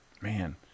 Man